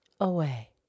away